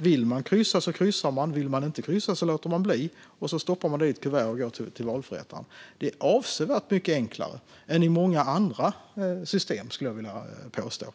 Vill man kryssa kryssar man; vill man inte kryssa låter man bli. Sedan stoppar man valsedeln i ett kuvert och går till valförrättaren. Det är avsevärt mycket enklare än många andra system, skulle jag vilja påstå.